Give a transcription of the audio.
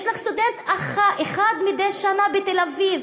יש לך סטודנט אחד מדי שנה בתל-אביב,